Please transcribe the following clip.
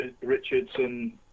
Richardson